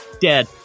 dead